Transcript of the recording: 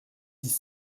dix